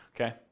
okay